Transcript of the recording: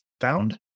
found